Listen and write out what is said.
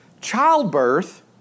childbirth